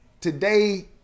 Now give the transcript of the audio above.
today